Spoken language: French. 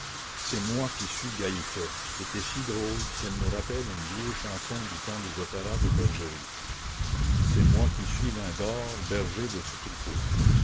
c'est moi qui suis gallifet était si drôle qu'elle nous rappelle une vieille chanson du temps des opéras de bergeries c'est moi qui suis lindor berger de ce troupeau